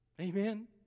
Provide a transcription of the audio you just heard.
Amen